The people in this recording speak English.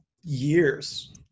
years